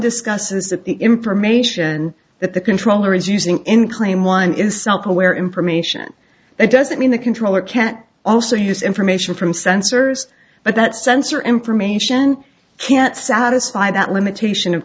discusses that the information that the controller is using in claim one is self aware information that doesn't mean the controller can't also use information from sensors but that sensor information can't satisfy that limitation of